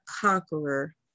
conqueror